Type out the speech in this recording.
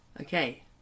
Okay